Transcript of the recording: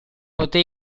poté